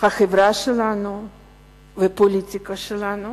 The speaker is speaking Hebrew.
החברה שלנו והפוליטיקה שלנו